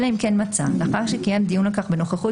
אלא אם כן מצא לאחר שקיים דיון על כך בנוכחות